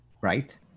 Right